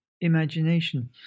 imagination